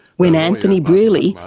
when anthony brearley,